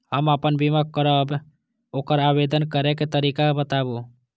हम आपन बीमा करब ओकर आवेदन करै के तरीका बताबु?